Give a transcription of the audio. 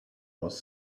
was